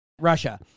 Russia